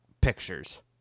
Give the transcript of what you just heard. pictures